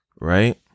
right